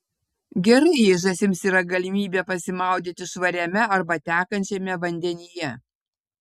gerai jei žąsims yra galimybė pasimaudyti švariame arba tekančiame vandenyje